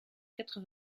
quatre